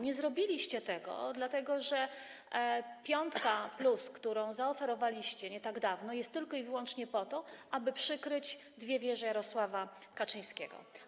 Nie zrobiliście tego, dlatego że piątka+, którą zaoferowaliście nie tak dawno, jest tylko i wyłącznie po to, aby przykryć dwie wieże Jarosława Kaczyńskiego.